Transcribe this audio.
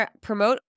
promote